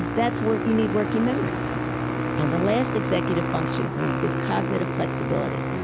that's where you need working memory and the last executive function is cognitive flexibility.